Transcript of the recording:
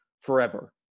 forever